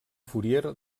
fourier